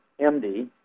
MD